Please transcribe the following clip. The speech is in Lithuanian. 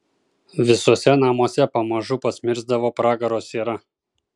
visuose namuose pamažu pasmirsdavo pragaro siera